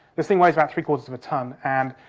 this thing weighs about three quarters of a ton and,